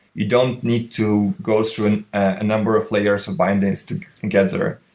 you don't need to go through and a number of layers and bindings to get there.